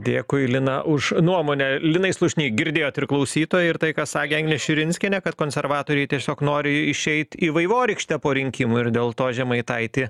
dėkui lina už nuomonę linai slušny girdėjot ir klausytoją ir tai ką sakė agnė širinskienė kad konservatoriai tiesiog nori išeit į vaivorykštę po rinkimų ir dėl to žemaitaitį